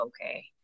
okay